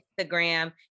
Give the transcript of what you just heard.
Instagram